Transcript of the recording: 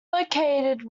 located